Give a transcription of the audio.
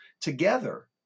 together